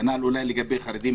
כנ"ל אולי לגבי חרדים,